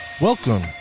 Welcome